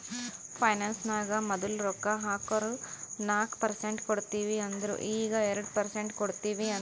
finance ನಾಗ್ ಮದುಲ್ ರೊಕ್ಕಾ ಹಾಕುರ್ ನಾಕ್ ಪರ್ಸೆಂಟ್ ಕೊಡ್ತೀನಿ ಅಂದಿರು ಈಗ್ ಎರಡು ಪರ್ಸೆಂಟ್ ಕೊಡ್ತೀನಿ ಅಂತಾರ್